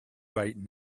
right